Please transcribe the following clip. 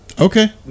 Okay